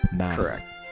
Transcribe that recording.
Correct